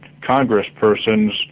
congresspersons